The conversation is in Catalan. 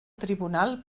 tribunal